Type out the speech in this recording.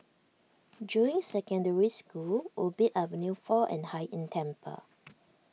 Juying Secondary School Ubi Avenue four and Hai Inn Temple